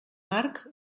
marc